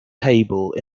table